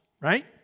right